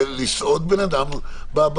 לסעוד בן אדם.